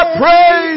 praise